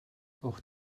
auch